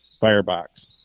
firebox